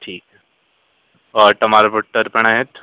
ठीक टमामटर पण आहेत